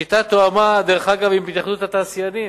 השיטה תואמה עם התאחדות התעשיינים,